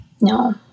No